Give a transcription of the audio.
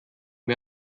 wir